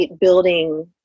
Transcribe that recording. building